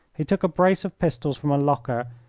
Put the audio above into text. he took a brace of pistols from a locker,